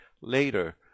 Later